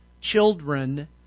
Children